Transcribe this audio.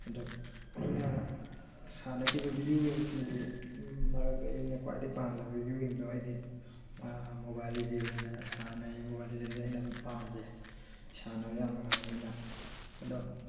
ꯑꯗꯣ ꯑꯩꯈꯣꯏꯅ ꯁꯥꯟꯅꯈꯤꯕ ꯕꯤꯗꯤꯑꯣ ꯒꯦꯝꯁꯤꯡꯒꯤ ꯃꯔꯛꯇ ꯑꯩꯅ ꯈ꯭ꯋꯥꯏꯗꯩ ꯄꯥꯝꯕ ꯕꯤꯗꯤꯑꯣ ꯒꯦꯝꯗꯣ ꯑꯩꯗꯤ ꯃꯣꯕꯥꯏꯜ ꯂꯤꯖꯦꯟ ꯑꯣꯏꯅ ꯁꯥꯟꯅꯩ ꯃꯣꯕꯤꯏꯜ ꯂꯤꯖꯦꯟꯁꯦ ꯑꯩꯅ ꯑꯗꯨꯝ ꯄꯥꯝꯖꯩ ꯁꯥꯟꯅꯕ ꯌꯥꯝ ꯅꯨꯡꯉꯥꯏꯕꯅꯤꯅ ꯑꯗꯣ